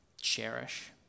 cherish